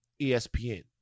ESPN